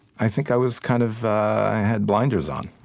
i think i was kind of i had blinders on.